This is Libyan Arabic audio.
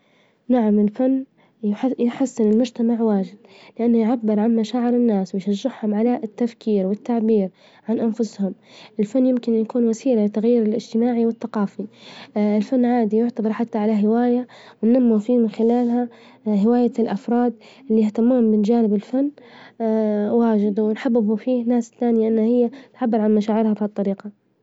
نعم الفن يحسن المجتمع واجد، لأنه يعبر عن مشاعر الناس، ويشجعهم على التفكير والتعبير عن أنفسهم، الفن يمكن يكون وسيلة للتغيير الاجتماعي والثقافي، الفن عادي يعتبر حتى على هواية وننموا فيه من خلالها هواية الأفراد إللي يهتمون من جانب الفن واجد، ونحببه فيه ناس ثانية إن هي تعبر عن مشاعرها بهالطريقة.